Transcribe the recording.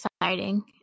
exciting